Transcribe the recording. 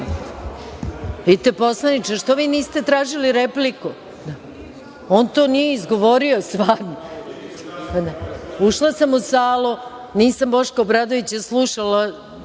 Poslaniče, zašto vi niste tražili repliku? On to nije izgovorio stvarno. Ušla sam u salu, nisam Boška Obradovića slušala,